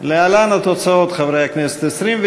להעביר את הצעת חוק שירות ביטחון (תיקון,